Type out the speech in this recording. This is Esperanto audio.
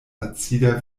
acida